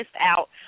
out